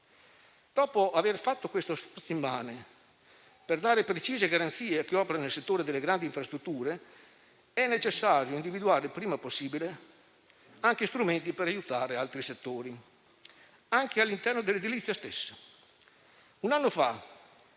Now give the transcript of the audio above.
Dopo aver fatto questo sforzo immane per dare precise garanzie a chi opera nel settore delle grandi infrastrutture, è necessario individuare il prima possibile strumenti per aiutare altri settori, anche all'interno dell'edilizia stessa.